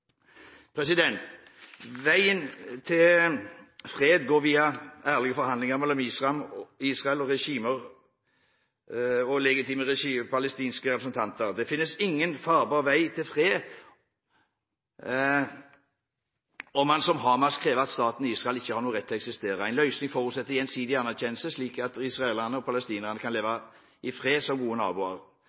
Veien til fred går via ærlige forhandlinger mellom Israel og legitime palestinske representanter. Det finnes ingen farbar vei til fred om man – som Hamas – krever at staten Israel ikke skal ha noen rett til å eksistere. En løsning forutsetter gjensidig anerkjennelse, slik at israelerne og palestinerne kan leve i fred som gode naboer.